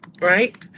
right